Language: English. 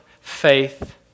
faith